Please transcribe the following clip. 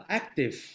active